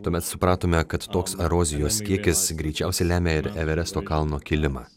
tuomet supratome kad toks erozijos kiekis greičiausiai lemia ir everesto kalno kilimą